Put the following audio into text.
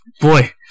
Boy